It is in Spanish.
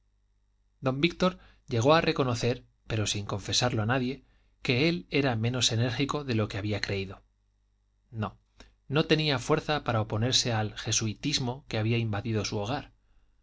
don víctor llegó a reconocer pero sin confesarlo a nadie que él era menos enérgico de lo que había creído no no tenía fuerza para oponerse al jesuitismo que había invadido su hogar